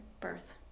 birth